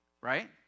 Right